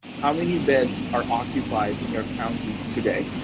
how many beds are occupied in your county today.